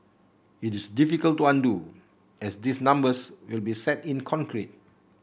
it is difficult to undo as these numbers will be set in concrete